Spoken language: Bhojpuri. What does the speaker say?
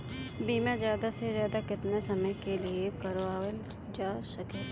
बीमा ज्यादा से ज्यादा केतना समय के लिए करवायल जा सकेला?